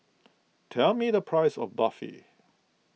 tell me the price of Barfi